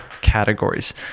categories